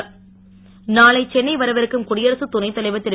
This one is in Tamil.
நானை சென்னை வரவிருக்கும் குடியரசு துணை தலைவர் திரு